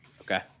Okay